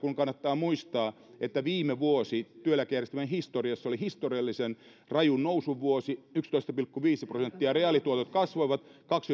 kannattaa muistaa että viime vuosi työeläkejärjestelmän historiassa oli historiallisen rajun nousun vuosi yksitoista pilkku viisi prosenttia reaalituotot kasvoivat